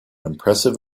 impressive